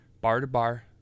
bar-to-bar